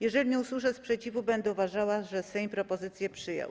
Jeżeli nie usłyszę sprzeciwu, będę uważała, że Sejm propozycję przyjął.